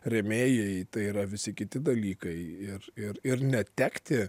rėmėjai tai yra visi kiti dalykai ir ir ir netekti